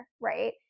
Right